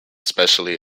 specially